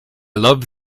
love